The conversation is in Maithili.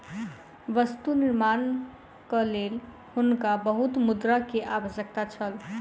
वस्तु निर्माणक लेल हुनका बहुत मुद्रा के आवश्यकता छल